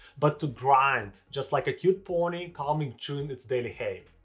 but to grind just like a cute pony calmly chewing its daily hay.